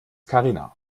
karina